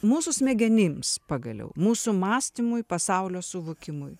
mūsų smegenims pagaliau mūsų mąstymui pasaulio suvokimui